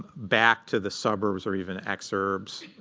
back to the suburbs or even exurbs.